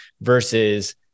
versus